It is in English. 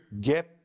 get